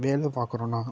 வேலை பார்க்குறோனா